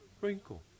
wrinkle